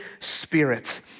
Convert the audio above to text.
Spirit